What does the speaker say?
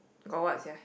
got what sia